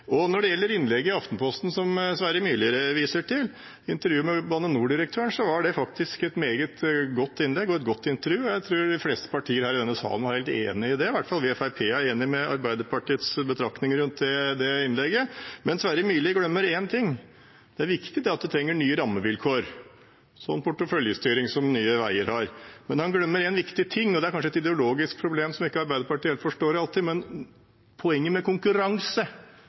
Når det gjelder innlegget i Aftenposten som Sverre Myrli viser til, intervjuet med Bane NOR-direktøren, var det faktisk et meget godt innlegg og et godt intervju. Jeg tror de fleste partier i denne salen var helt enig i det, i hvert fall er vi i Fremskrittspartiet enig med Arbeiderpartiets betraktninger rundt det innlegget. Men Sverre Myrli glemmer én ting – det er viktig at en trenger nye rammevilkår, sånn porteføljestyring som Nye Veier har, men han glemmer én viktig ting, og det er kanskje et ideologisk problem som ikke Arbeiderpartiet helt forstår alltid – og det er poenget med konkurranse.